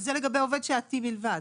וזה לגבי עובד שעתי בלבד,